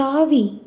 தாவி